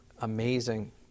amazing